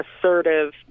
assertive